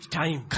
time